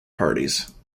parties